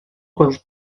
gweld